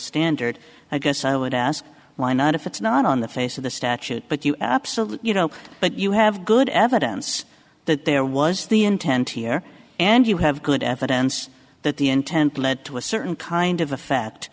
standard i guess i would ask why not if it's not on the face of the statute but you absolute you know but you have good evidence that there was the intent here and you have good evidence that the intent lead to a certain kind of effect